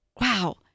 wow